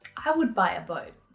i would buy a boat.